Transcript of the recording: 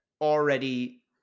already